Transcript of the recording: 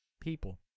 people